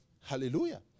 Hallelujah